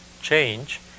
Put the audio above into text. change